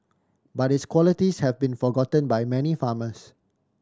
but its qualities have been forgotten by many farmers